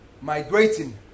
migrating